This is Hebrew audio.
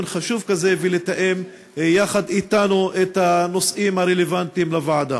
חשוב כזה ולתאם יחד אתנו את הנושאים הרלוונטיים שיעלו בוועדה.